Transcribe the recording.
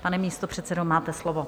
Pane místopředsedo, máte slovo.